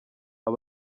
aba